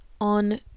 on